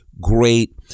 great